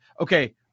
Okay